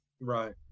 Right